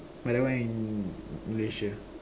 but that one in Malaysia